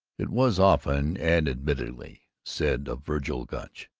it was often and admiringly said of vergil gunch,